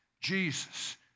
Jesus